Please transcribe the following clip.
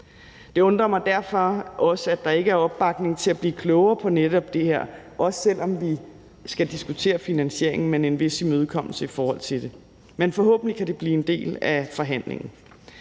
Det undrer mig derfor også, at der ikke er opbakning til at blive klogere på netop det her, også selv om vi skal diskutere finansieringen, men en vis imødekommelse i forhold til det. Men forhåbentlig kan det blive en del af forhandlingen.